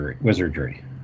wizardry